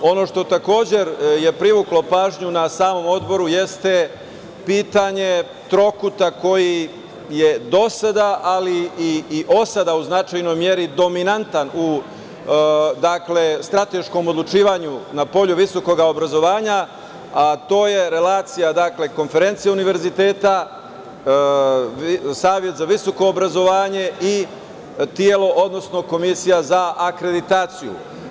Ono što je takođe privuklo pažnju na samom odboru, jeste pitanje trokuta koji je do sada, ali i od sada u značajnoj meri dominantan u strateškom odlučivanju na polju visokog obrazovanja, a to je relacija Konferencije univerziteta, Saveta za visoko obrazovanje i Komisija za akreditaciju.